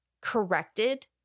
corrected